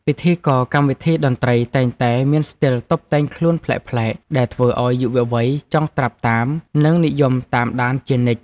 ពិធីករកម្មវិធីតន្ត្រីតែងតែមានស្ទីលតុបតែងខ្លួនប្លែកៗដែលធ្វើឱ្យយុវវ័យចង់ត្រាប់តាម និងនិយមតាមដានជានិច្ច។